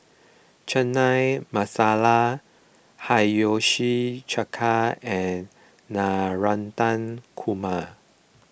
Chana Masala Hiyashi Chuka and Navratan Korma